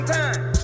time